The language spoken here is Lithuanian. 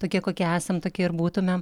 tokie kokie esam tokie ir būtumėm